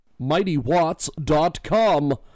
mightywatts.com